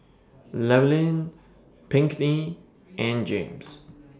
Llewellyn Pinkney and James